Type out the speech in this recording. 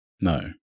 No